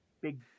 big